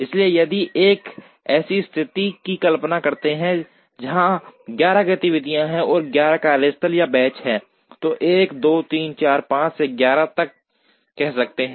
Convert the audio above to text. इसलिए यदि हम ऐसी स्थिति की कल्पना करते हैं जहां 11 गतिविधियां हैं और 11 कार्यस्थान या बेंच हैं तो 1 2 3 4 से 11 तक कहते हैं